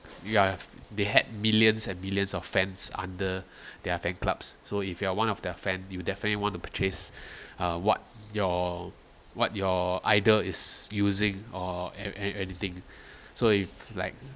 you have they had millions and millions of fans under their fan clubs so if you are one of their fan you'll definitely want to purchase uh what your what your idol is using or an~ an~ anything so if like